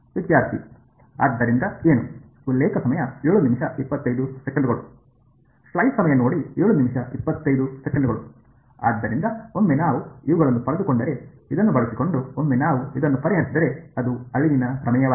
ವಿದ್ಯಾರ್ಥಿ ಆದ್ದರಿಂದ ಏನು ಆದ್ದರಿಂದ ಒಮ್ಮೆ ನಾವು ಇವುಗಳನ್ನು ಪಡೆದುಕೊಂಡರೆ ಇದನ್ನು ಬಳಸಿಕೊಂಡು ಒಮ್ಮೆ ನಾವು ಇದನ್ನು ಪರಿಹರಿಸಿದರೆ ಅದು ಅಳಿವಿನ ಪ್ರಮೇಯವಾಗಿದೆ